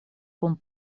kun